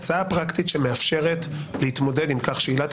הפרקטית שמאפשרת להתמודד עם כך שעילת